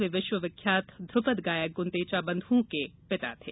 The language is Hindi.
वे विश्व विख्यात ध्रुपद गायक गुदेंचों बंध्ओं के पिता थे